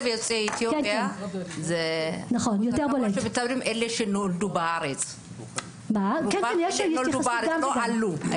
בקרב יוצאי אתיופיה, אלה שנולדו בארץ, לא עלו.